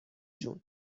جون